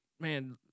man